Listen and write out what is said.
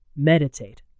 Meditate